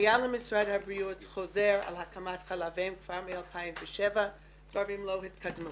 היה למשרד הבריאות חוזר על הקמת חלב אם כבר מ-2007 אבל הוא לא התקדם.